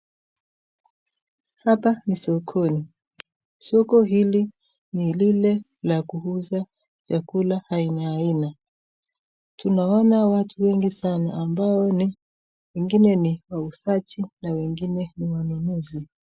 Hapa ni sokoni , soko hili ni lile la kuuza chakula aina aina, tunaona watu wengi sana ambo ni wengine ni wauzaji na wengine wanunuzi.